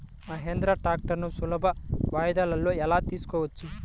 మహీంద్రా ట్రాక్టర్లను సులభ వాయిదాలలో ఎలా తీసుకోవచ్చు?